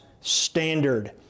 standard